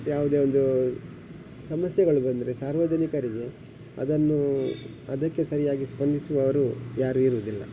ಯಾವುದೇ ಒಂದು ಸಮಸ್ಯೆಗಳು ಬಂದರೆ ಸಾರ್ವಜನಿಕರಿಗೆ ಅದನ್ನು ಅದಕ್ಕೆ ಸರಿಯಾಗಿ ಸ್ಪಂದಿಸುವವರು ಯಾರು ಇರೋದಿಲ್ಲ